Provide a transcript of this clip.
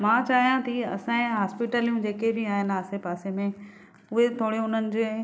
मां चाहियां थी असां जूं हॉस्पिटलूं जेके बि आहिनि असांजे आसे पासे में उहे थोरियूं उन्हनि जे